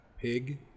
Pig